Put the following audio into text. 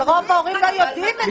נכון, אבל רוב ההורים לא יודעים את זה.